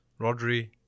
Rodri